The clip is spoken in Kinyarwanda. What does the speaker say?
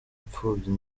imfubyi